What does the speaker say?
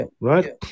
right